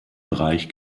bereich